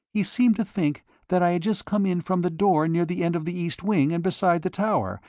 he seemed to think that i had just come in from the door near the end of the east wing and beside the tower,